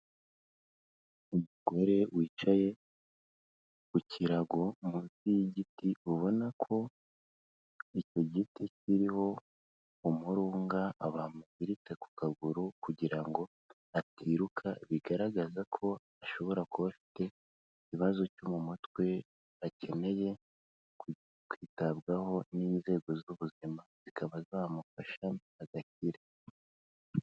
Umugore wicaye ku kirago munsi y'igiti, ubona ko icyo giti kiriho umurunga, bamuziritse ku kaguru kugira ngo atiruka, bigaragaza ko ashobora kuba afite ikibazo cyo mu mutwe akeneye kwitabwaho n'inzego z'ubuzima, zikaba zamufasha agakira.